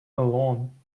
alone